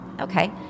Okay